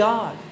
God